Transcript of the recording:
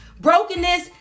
Brokenness